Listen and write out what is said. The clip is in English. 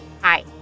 Hi